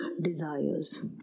desires